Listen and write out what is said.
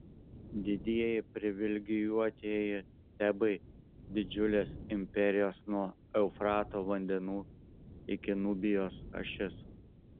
didieji privilegijuotieji tebai didžiulės imperijos nuo eufrato vandenų iki nubijos ašis